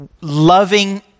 loving